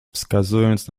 wskazując